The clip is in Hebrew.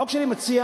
החוק שאני מציע,